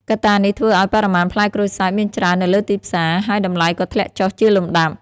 កត្តានេះធ្វើឱ្យបរិមាណផ្លែក្រូចសើចមានច្រើននៅលើទីផ្សារ ហើយតម្លៃក៏ធ្លាក់ចុះជាលំដាប់។